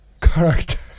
character